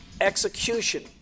execution